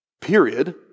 Period